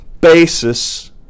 basis